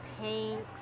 pinks